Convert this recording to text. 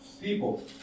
people